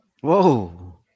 Whoa